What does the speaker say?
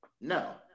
No